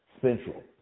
Central